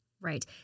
right